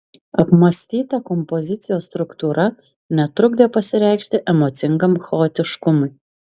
apmąstyta kompozicijos struktūra netrukdė pasireikšti emocingam chaotiškumui